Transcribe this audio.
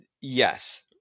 yes